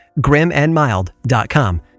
GrimAndMild.com